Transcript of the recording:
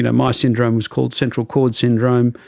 yeah my syndrome was called central cord syndrome,